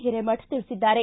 ಹಿರೇಮಠ ತಿಳಿಸಿದ್ದಾರೆ